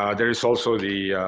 um there's also the